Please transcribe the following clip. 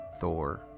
Thor